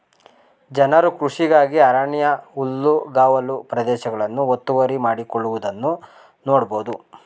ಜನರು ಕೃಷಿಗಾಗಿ ಅರಣ್ಯ ಹುಲ್ಲುಗಾವಲು ಪ್ರದೇಶಗಳನ್ನು ಒತ್ತುವರಿ ಮಾಡಿಕೊಳ್ಳುವುದನ್ನು ನೋಡ್ಬೋದು